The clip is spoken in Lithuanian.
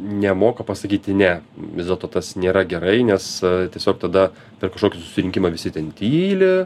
nemoka pasakyti ne vis dėlto tas nėra gerai nes tiesiog tada per kažkokį susirinkimą visi ten tyli